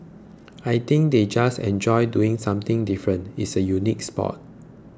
I think they just enjoy doing something different it's a unique sport